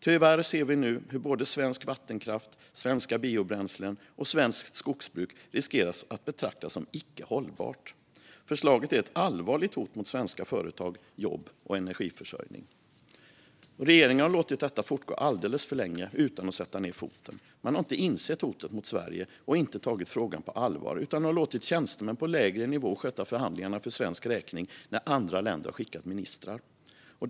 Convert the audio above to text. Tyvärr ser vi nu att både svensk vattenkraft, svenska biobränslen och svenskt skogsbruk riskerar att betraktas som icke hållbara. Förslaget är ett allvarligt hot mot svenska företag, jobb och energiförsörjning. Regeringen har låtit detta fortgå alldeles för länge utan att sätta ned foten. Man har inte insett hotet mot Sverige och inte tagit frågan på allvar utan låtit tjänstemän på lägre nivå sköta förhandlingarna för svensk räkning när andra länder har skickat ministrar.